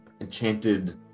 enchanted